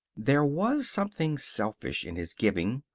there was something selfish in his giving,